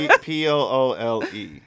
p-o-o-l-e